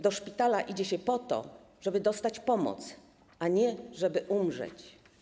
Do szpitala idzie się po to, żeby dostać pomoc, a nie żeby umrzeć.